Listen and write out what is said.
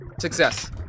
Success